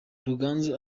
ruganzu